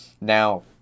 now